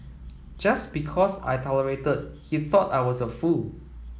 just because I tolerated he thought I was a fool